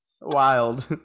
wild